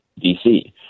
DC